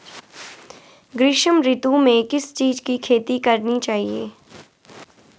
ग्रीष्म ऋतु में किस चीज़ की खेती करनी चाहिये?